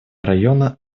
района